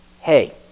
hey